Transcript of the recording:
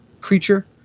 creature